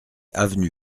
avenue